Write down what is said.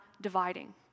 dividing